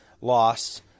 loss